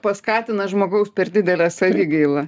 paskatina žmogaus per didelę savigailą